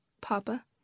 Papa